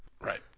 Right